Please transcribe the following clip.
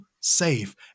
safe